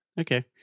Okay